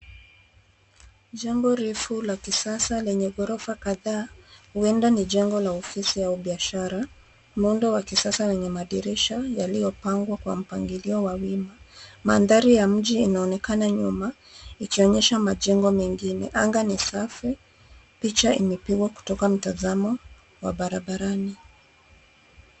Jengo refu la kisasa lenye ghorofa kadhaa, huenda ni jengo la ofisi au biashara. Muundo wa kisasa wenye madirisha yaliyopangwa kwa mpangilio wa wima. Mandhari ya mji inaonekana nyuma ikionyesha majengo mengine. Anga ni safi, picha imepigwa kutokana na mtazamo wa barabarani